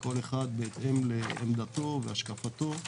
כל אחד בהתאם לעמדתו ולהשקפתו ינהג.